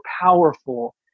powerful